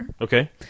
Okay